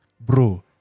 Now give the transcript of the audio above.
Bro